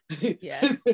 yes